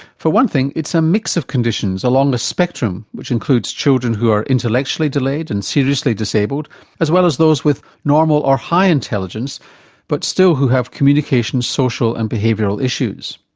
for one thing it's a mix of conditions along a spectrum which includes children who are intellectually delayed and seriously disabled as well as those with normal or high intelligence but still who have communication, social and behavioural issues.